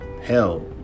Hell